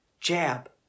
jab